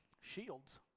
shields